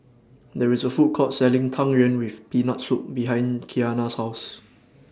There IS A Food Court Selling Tang Yuen with Peanut Soup behind Qiana's House